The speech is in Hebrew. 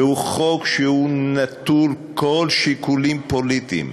והוא חוק שהוא נטול כל שיקולים פוליטיים,